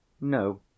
No